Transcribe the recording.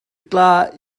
tla